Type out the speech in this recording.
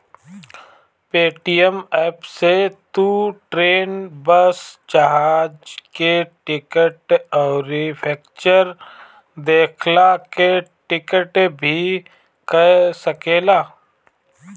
Paytm app से तू train, bus, जहाज के टिकट, अउरी फिक्चर देखला के टिकट भी कअ सकेला